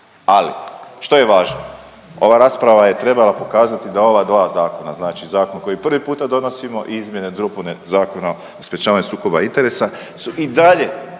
Ali, što je važno? Ova rasprava je trebala pokazati da ova dva zakona, znači zakon koji prvi puta donosimo i izmjene i dopune Zakona o sprječavanju sukoba interesa su i dalje